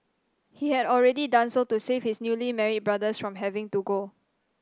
he had already done so to save his newly married brothers from having to go